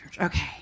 Okay